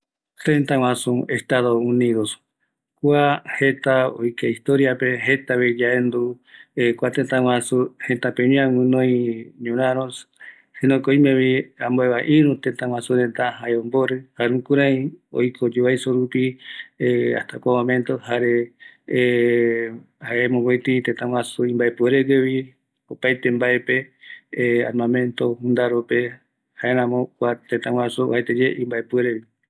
Tetaguasu Estados Unidos, kua jeta oike historiape jeta vi yaendu kua tetaguasu, jetapeñoi gunoi ñoraros si no que oime vi ambueva iru tetaguasu reta jae ombori, jare jukurei oiko yovaiso rupi hasta kua momento jare mopeti tetaguasu imbaepuerevi opaete mbaepevi armamento, junadrope, jaeramo kua tetaguasu uajaetye imbaepuerevi.